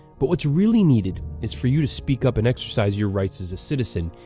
but what's really needed is for you to speak up and exercise your rights as a citizen,